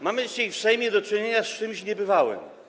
Mamy dzisiaj w Sejmie do czynienia z czymś niebywałym.